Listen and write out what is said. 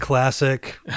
classic